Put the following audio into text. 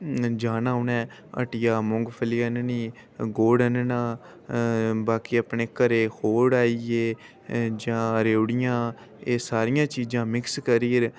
जाना उ'नें हट्टिया मुंगफली आह्ननी गुड़ आह्नना बाकी अपने घरै दे खोड़ आई गे जां रियोड़ियां एह् सारियां चीज़ा मिक्स करियै